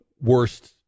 worst